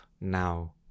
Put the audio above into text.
now